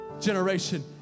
generation